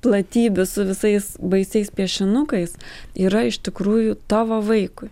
platybių su visais baisiais piešinukais yra iš tikrųjų tavo vaikui